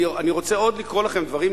אני רוצה לקרוא לכם עוד דברים,